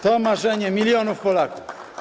To marzenie milionów Polaków.